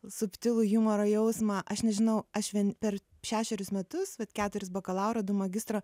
subtilų jumoro jausmą aš nežinau aš vien per šešerius metus vat keturis bakalauro magistro